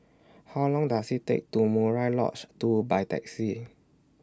How Long Does IT Take to Murai Lodge two By Taxi